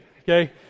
okay